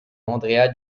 andrea